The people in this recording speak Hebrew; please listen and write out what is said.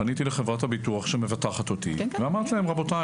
פניתי לחברת הביטוח שמבטחת אותי ואמרתי: רבותיי,